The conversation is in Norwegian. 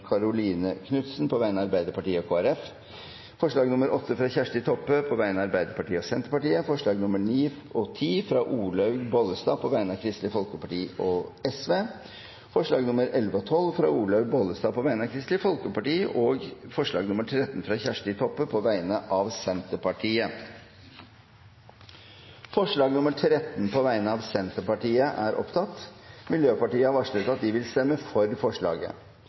Karoline Knutsen på vegne av Arbeiderpartiet og Kristelig Folkeparti forslag nr. 8, fra Kjersti Toppe på vegne av Arbeiderpartiet og Senterpartiet forslagene nr. 9 og 10 fra Olaug V. Bollestad på vegne av Kristelig Folkeparti og Sosialistisk Venstreparti forslagene nr. 11 og 12, fra Olaug V. Bollestad på vegne av Kristelig Folkeparti forslag nr. 13, fra Kjersti Toppe på vegne av Senterpartiet Det voteres over forslag nr. 13, fra Senterpartiet. Forslaget lyder: «Stortinget ber regjeringen fremme en stortingsmelding om seksuell helse og forebygging av abort som har